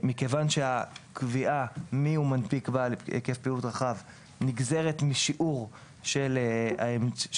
מכיוון שהקביעה מיהו מנפיק בעל היקף פעילות רחב נגזרת משיעור של האמצעי